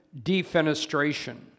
defenestration